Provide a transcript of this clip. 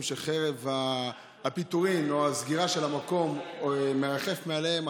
כשחרב הפיטורים או הסגירה של המקום מרחפת מעליהם,